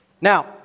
Now